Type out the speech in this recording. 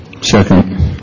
Second